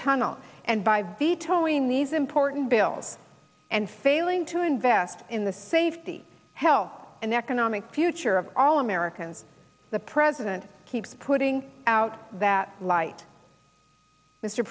tunnel and by vetoing these important bills and failing to invest in the safety hell and economic future of all americans the president keeps putting out that light mr